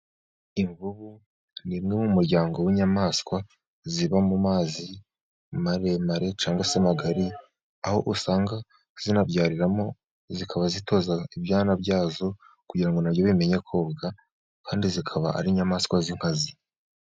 Imvubu ni imwe mu muryango w'inyamaswa ziba mu mazi maremare cyangwa se magari, aho usanga zinabyariramo, zikaba zitoza ibyana byazo kugira ngo na byo bimenye koga, kandi zikaba ari inyamaswa z'inkazi.